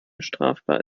strafbar